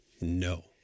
No